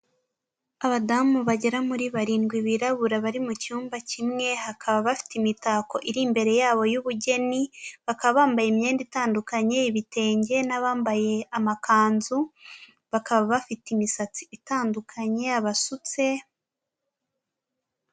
Abadamu bagera muri barindwi birabura bari mu cyumba kimwe hakaba bafite imitako iri imbere yabo y'ubugeni, bakaba bambaye imyenda itandukanye ibitenge n'abambaye amakanzu, bakaba bafite imisatsi itandukanye abasutse.